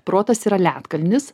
protas yra ledkalnis